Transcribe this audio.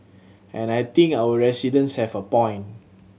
and I think our residents have a point